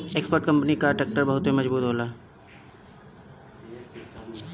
Escort company कअ tractor बहुते मजबूत होला